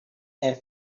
and